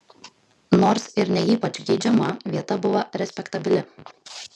nors ir ne ypač geidžiama vieta buvo respektabili